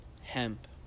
hemp